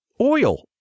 oil